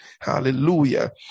Hallelujah